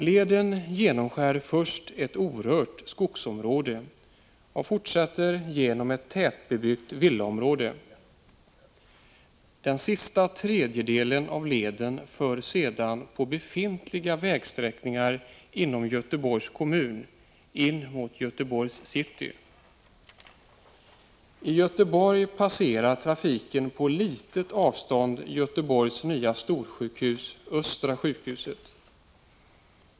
Leden skär först genom ett orört skogsområde och fortsätter sedan genom ett tätbebyggt villaområde. Den sista tredjedelen av leden förs sedan på befintliga vägsträckningar inom Göteborgs kommun in mot Göteborgs city. I Göteborg passerar trafiken på litet avstånd från Göteborgs nya storsjukhus, Östra sjukhuset.